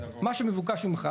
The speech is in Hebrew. מה שמבוקש ממך,